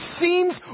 seems